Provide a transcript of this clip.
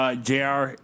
Jr